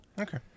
Okay